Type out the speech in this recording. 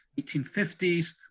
1850s